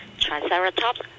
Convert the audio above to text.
Triceratops